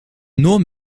nur